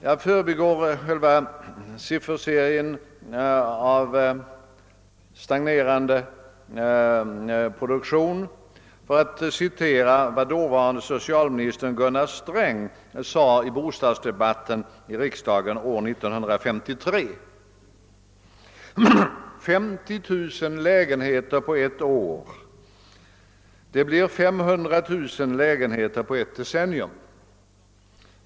Jag förbigår sifferserien av stagnerande produktion för att citera vad dåvarande socialministern Gunnar Sträng sade i bostadsdebatten i riksdagen år 1953: »50 000 lägenheter på ett år blir 500 000 lägenheter på ett decennium.